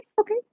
okay